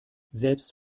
selbst